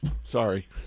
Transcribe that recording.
Sorry